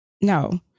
No